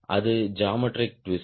அது geometric twist